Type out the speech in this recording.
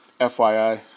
FYI